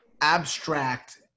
abstract